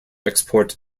export